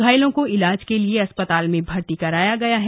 घायलों को इलाज के लिए अस्पताल में भर्ती कराया गया है